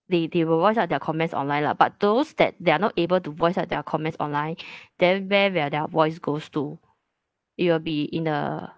they they will voice out their comments online lah but those that they are not able to voice out their comments online then where will their voice goes to it will be in a